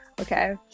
Okay